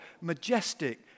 majestic